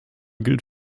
gilt